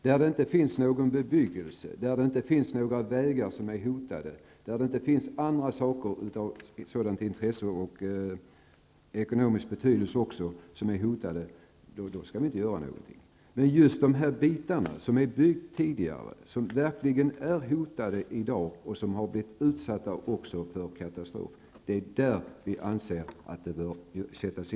Där det inte finns någon bebyggelse eller några vägar som är hotade och där det inte finns annat av intresse eller av ekonomisk betydelse som är hotat skall vi inte vidta några åtgärder. Men just när det gäller de här aktuella områdena -- där det byggts tidigare och som i dag verkligen är hotade och som även har drabbats av katastrofer -- anser vi att åtgärder bör vidtas.